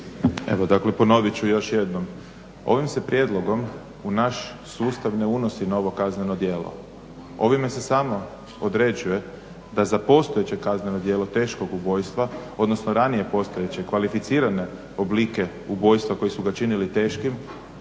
Evo dakle, ponovit ću još jednom. Ovim se prijedlogom u naš sustav ne unosi novo kazneno djelo. Ovime se samo određuje da za postojeće kazneno djelo teškog ubojstva odnosno ranijeg postojeće, kvalificirane oblike ubojstva koji su ga činili teškim